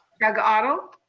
doug otto.